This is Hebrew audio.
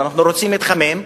אנחנו רוצים להתחמם.